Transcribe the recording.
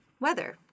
weather